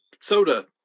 soda